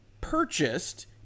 purchased